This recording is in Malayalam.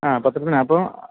അ പത്രത്തിനാണോ അപ്പോള്